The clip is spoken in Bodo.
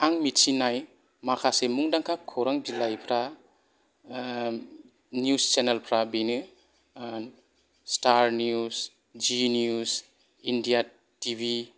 आं मिथिनाय माखासे मुंदांखा खौरां बिलाइफ्रा न्युज चेनेलफ्रा बेनो Star News Zee News India T V